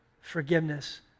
forgiveness